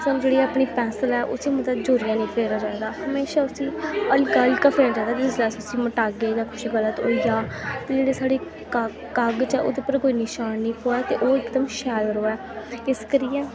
सानूं जेह्ड़ी अपनी पैंसल ऐ उस्सी मतलब जोरियै निं फेरना चाहिदा जंदा हमेशा उस्सी हलका हलका फेरना चाहिदा जिसलै अस उस्सी मटागै जां कुछ गलत होई जा ते जेह्ड़े साढ़े का कागज ऐ ओह्दे पर कोई निशान निं प'वै ते ओह् इकदम शैल र'वै इस करियै